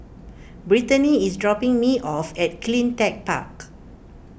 Britany is dropping me off at CleanTech Park